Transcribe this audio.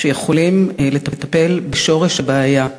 שיכולים לטפל בשורש הבעיה.